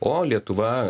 o lietuva